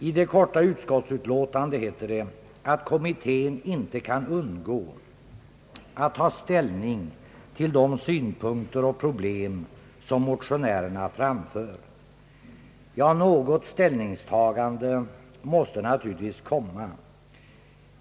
I det korta utskottesutlåtandet heter det att kommittén inte kan undgå att ta ställning till de synpunkter och problem som motionärerna framför. Ja, något ställningstagande måste naturligtvis komma.